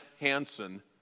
Hansen